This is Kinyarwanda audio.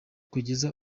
kugeza